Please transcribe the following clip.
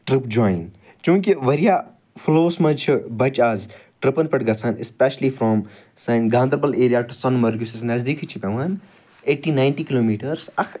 trip جۄایِن چونٛکہ واریاہ فلوٚو وَس مَنٛز چھِ بَچہِ آز ٹٕرٛپَن پٮ۪ٹھ گَژھان ایٚسپیشلی فرٛام سانہِ Ganderbal area to Sonamarg یُس اسہِ نَزدیٖکھے چھُ پیٚوان ایٹی ناینٹی کِلو میٖٹرس اَکھ